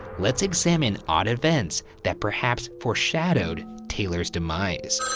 let's examine odd events that, perhaps, foreshadowed taylor's demise.